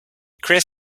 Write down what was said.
chris